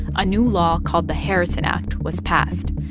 a new law called the harrison act was passed.